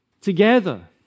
together